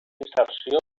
inserció